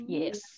Yes